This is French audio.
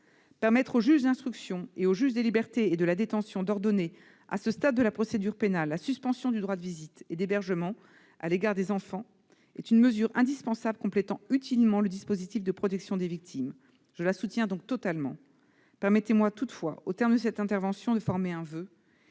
Permettre au juge d'instruction et au juge des libertés et de la détention d'ordonner, à ce stade de la procédure pénale, la suspension du droit de visite et d'hébergement à l'égard des enfants est une mesure indispensable, complétant utilement le dispositif de protection des victimes. Je la soutiens donc totalement. Permettez-moi toutefois de former, au terme de cette intervention, un voeu :